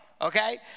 Okay